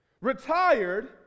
retired